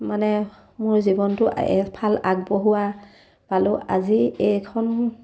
মানে মোৰ জীৱনটো ভাল আগবঢ়োৱা পালোঁ আজি এইখন